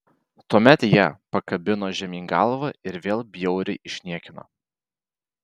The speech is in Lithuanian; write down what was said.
tuomet ją pakabino žemyn galva ir vėl bjauriai išniekino